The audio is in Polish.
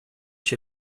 się